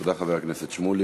תודה, חבר הכנסת שמולי.